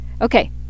okay